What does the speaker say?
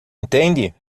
entende